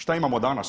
Šta imamo danas?